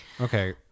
okay